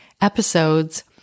episodes